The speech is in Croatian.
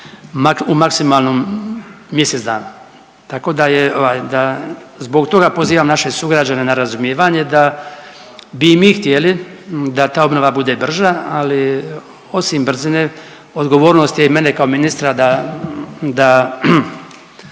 u maksimalno mjesec dana. Tako da zbog toga pozivam naše sugrađane na razumijevanje da bi i mi htjeli da ta obnova bude brža, ali osim brzine odgovornost je i mene kao ministra da